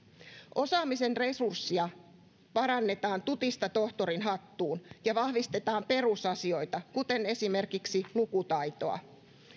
osaamisen resurssia parannetaan tutista tohtorinhattuun ja vahvistetaan perusasioita kuten esimerkiksi lukutaitoa